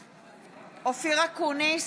(קוראת בשמות חברי הכנסת) אופיר אקוניס,